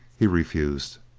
he refused.